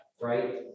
right